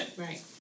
Right